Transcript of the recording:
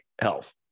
Health